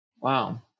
Wow